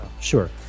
Sure